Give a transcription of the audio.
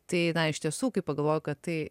tai iš tiesų kai pagalvojau kad tai